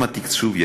עם התקצוב,